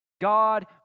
God